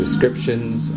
Descriptions